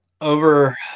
over